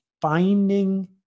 finding